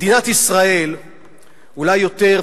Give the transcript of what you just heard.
מדינת ישראל אולי יותר,